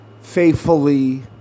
faithfully